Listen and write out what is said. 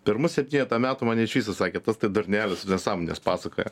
pirmus septynetą metų mane iš viso sakė tas durnelis nesąmones pasakoja